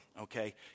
okay